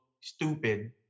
stupid